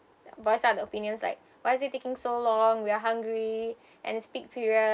voice out their opinions like why is it taking so long we are hungry and it's peak period